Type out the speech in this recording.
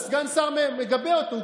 סגן השר מגבה אותו,